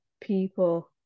people